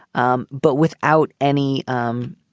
um but without any um